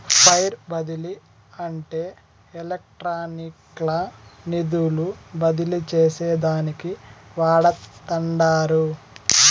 wire బదిలీ అంటే ఎలక్ట్రానిక్గా నిధులు బదిలీ చేసేదానికి వాడతండారు